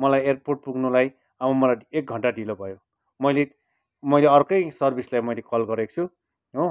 मलाई एयरपोर्ट पुग्नुलाई अब मलाई एक घन्टा ढिलो भयो मैले मैले अर्कै सर्भिसलाई मैले कल गरेक छु हो